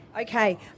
Okay